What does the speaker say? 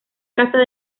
casas